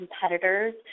competitors